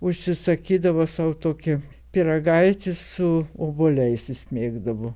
užsisakydavo sau tokį pyragaitį su obuoliais jis mėgdavo